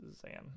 Zan